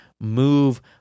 move